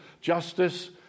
justice